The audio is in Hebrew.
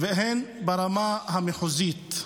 והן ברמה המחוזית.